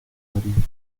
abril